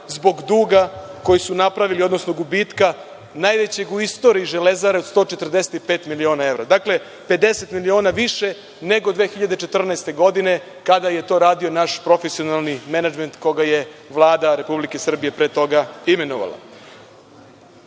zbog duga koji su napravili, odnosno gubitka najvećeg u istoriji „Železare“ od 145 miliona evra. Dakle, 50 miliona više nego 2014. godine kada je to radio naš profesionalni menadžment koga je Vlada RS pre toga imenovala. Dakle,